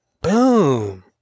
Boom